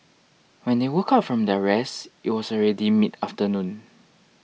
when they woke up from their rest it was already midafternoon